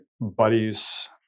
buddies